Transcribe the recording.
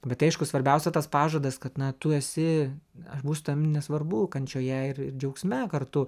bet aišku svarbiausia tas pažadas kad na tu esi aš būsiu su tavim nesvarbu kančioje ir džiaugsme kartu